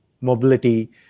mobility